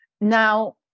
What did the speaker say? Now